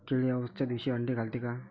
किडे अवसच्या दिवशी आंडे घालते का?